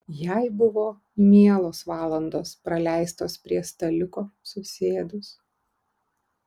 jai buvo mielos valandos praleistos prie staliuko susėdus